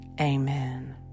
Amen